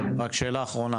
רק שאלה אחרונה,